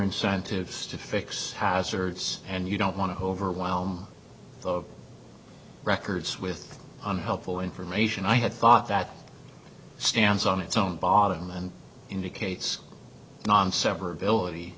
incentives to fix hazards and you don't want to overwhelm records with on helpful information i had thought that stands on its own bottom and indicates non severability